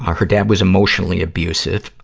her dad was emotionally abusive.